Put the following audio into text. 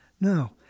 No